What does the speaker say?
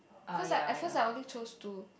cause like at first I only choose two